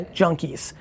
junkies